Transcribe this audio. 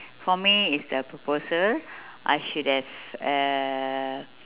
for me is the proposal I should have uhh